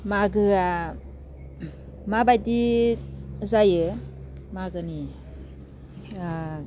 मागोआ माबायदि जायो मागोनि ओ